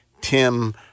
Tim